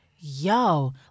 yo